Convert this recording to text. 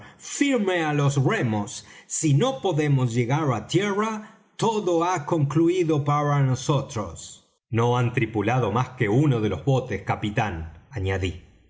firme á los remos si no podemos llegar á tierra todo ha concluído para nosotros no han tripulado más que uno de los botes capitán añadí